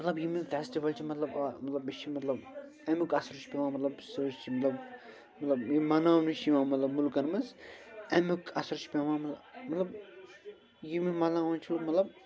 مطلب یِم یِم فیسٹٕول مطلب آ مطلب بیٚیہِ چھِ مطلب اَمیُک اثر چھُ پٮ۪وان مطلب سٲرۍسٕے مطلب یِم مناونہٕ چھِ یِوان مطلب مُلکن منٛز اَمیُک اثر چھُ پٮ۪وان مطلب یِم یہِ مناوان چھِ مطلب